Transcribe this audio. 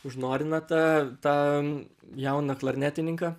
užnorina tą tą jauną klarnetininką